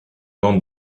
bande